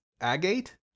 agate